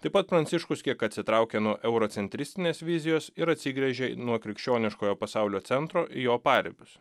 taip pat pranciškus kiek atsitraukė nuo eurocentristinės vizijos ir atsigręžė nuo krikščioniškojo pasaulio centro į jo paribius